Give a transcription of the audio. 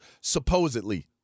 supposedly